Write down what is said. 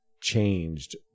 changed